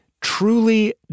truly